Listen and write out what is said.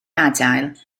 adael